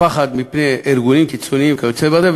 הפחד מפני ארגונים קיצוניים וכיוצא בזה,